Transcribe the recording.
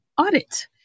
audit